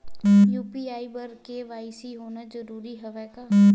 UPI बर KYC होना जरूरी हवय का?